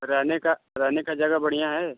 रहने का रहने का जगह बढ़िया है